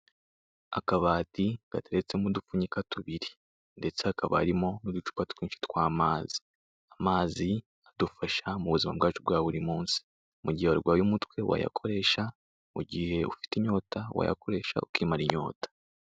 Akabati gateretsemo udupfunyika tubiri, ndetse hakaba harimo n'uducupa twinshi tw'amazi. Amazi adufasha mu buzima bwacu bwa buri munsi. Mu gihe warwaye umutwe wayakoresha, mu gihe ufite inyota wayakoresha ukimara inyota.